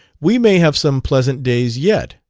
we may have some pleasant days yet,